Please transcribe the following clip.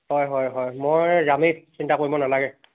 হয় হয় হয় মই যামেই চিন্তা কৰিব নালাগে